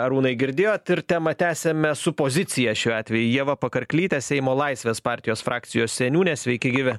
arūnai girdėjot ir temą tęsiame su pozicija šiuo atveju ieva pakarklyte seimo laisvės partijos frakcijos seniūne sveiki gyvi